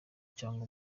cyangwa